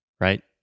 right